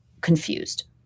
confused